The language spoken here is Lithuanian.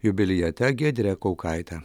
jubiliate giedrę kaukaitę